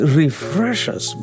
refreshes